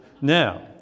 now